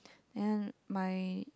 and my